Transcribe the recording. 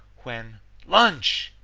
when lunch!